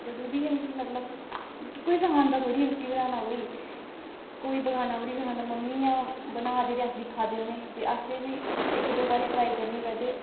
जदूं दी गै मिकी मतलब कोई सखांदा थोह्ड़ी ऐ रुट्टी बनाना कोई कोई बगान्ना थोह्ड़ी सखांदा मम्मी ऐ बना दी ते अस दिक्खा दे होन्ने ते असें बी इक दो बारी ट्राई करनी होवै ते